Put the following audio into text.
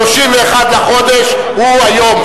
31 לחודש הוא היום,